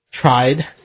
tried